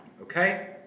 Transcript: Okay